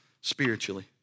spiritually